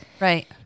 Right